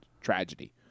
tragedy